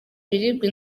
ibiribwa